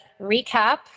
recap